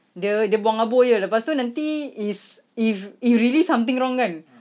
dia dia buang habuk jer lepas tu nanti is if if really something wrong kan